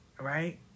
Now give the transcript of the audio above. right